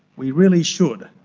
we really should,